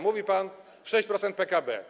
Mówi pan: 6% PKB.